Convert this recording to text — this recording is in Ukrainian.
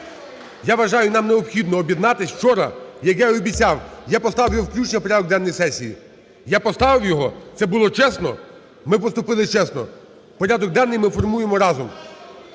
Я вважаю, нам необхідно об'єднатись. Вчора, як я і обіцяв, я поставлю включення в порядок денний сесії. Я поставив його? Це було чесно? Ми поступили чесно. Порядок денний ми формуємо разом.